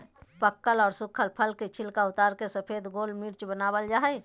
पकल आर सुखल फल के छिलका उतारकर सफेद गोल मिर्च वनावल जा हई